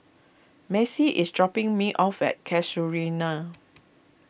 Macey is dropping me off at Casuarina